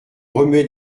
remuait